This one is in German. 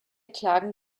klagen